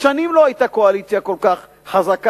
שנים לא היתה קואליציה כל כך חזקה,